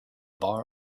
bar